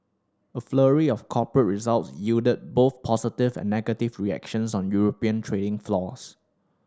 a flurry of corporate result yielded both positive and negative reactions on European trading floors